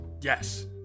Yes